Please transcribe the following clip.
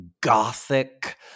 gothic